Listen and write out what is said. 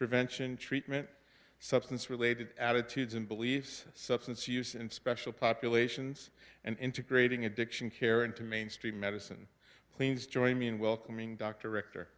prevention treatment substance related attitudes and beliefs substance use and special populations and integrating addiction care into mainstream medicine please join me in welcoming dr rector